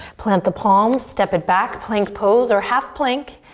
plant the palms, step it back, plank pose or half plank,